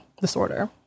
disorder